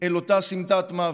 אל אותה סמטת מוות,